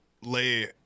lay